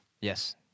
Yes